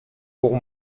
pour